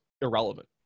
irrelevant